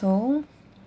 so